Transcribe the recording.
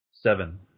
Seven